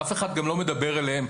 ואף אחד גם לא מדבר אליהן.